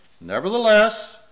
Nevertheless